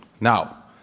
Now